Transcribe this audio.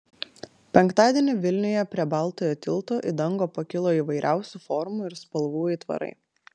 penktadienį vilniuje prie baltojo tilto į dangų pakilo įvairiausių formų ir spalvų aitvarai